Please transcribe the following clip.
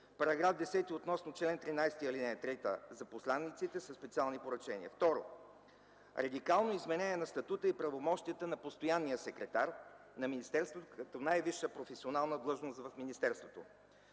§ 10 относно чл. 13, ал. 3 за посланиците със специални поръчения. Второ, радикално изменение на статута и правомощията на постоянния секретар на министерството като най-висша професионална длъжност в министерството.